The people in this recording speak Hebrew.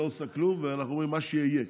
שלא עושה כלום ואנחנו אומרים מה שיהיה יהיה,